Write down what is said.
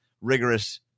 rigorous